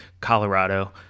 Colorado